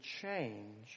change